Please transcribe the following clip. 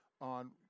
on